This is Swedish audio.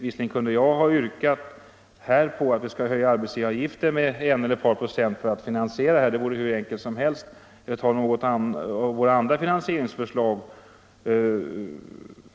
Visserligen kunde jag mycket enkelt ha yrkat på höjning av arbetsgivaravgiften med en eller ett par procent för att finansiera höjningen eller fört fram något annat finansieringsförslag.